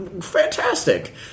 fantastic